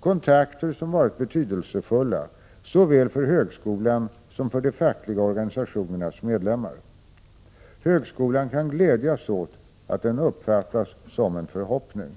kontakter som varit betydelsefulla såväl för högskolan som för de fackliga organisationernas medlemmar. Högskolan kan glädjas åt att den uppfattas som en förhoppning.